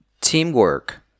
Teamwork